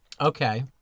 Okay